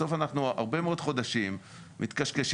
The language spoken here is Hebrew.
בסוף אנחנו הרבה מאוד חודשים מתקשקשים,